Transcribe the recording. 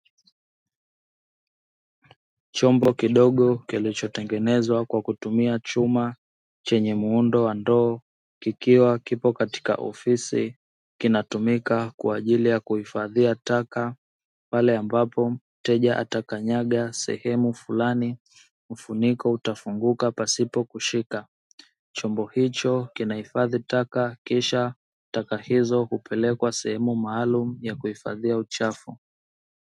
Chombo kidogo kilichotengenezwa kwa kutumia chuma chenye muundo wa ndoo, kikiwa kipo katika ofisi kinatumika kwa ajili ya kuhifadhia taka pale ambapo mteja atakanyaga sehemu fulani, mfuniko utafunguka pasipo kushika. Chombo hicho kinahifadhi taka kisha taka hizo hupelekwa sehemu maalumu ya kuhifadhia uchafu.